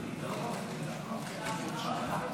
בבקשה.